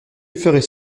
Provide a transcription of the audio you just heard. feraient